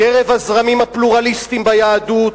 מקרב הזרמים הפלורליסטיים ביהדות,